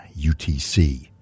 UTC